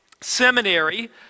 seminary